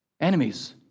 enemies